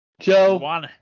Joe